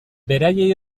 beraiei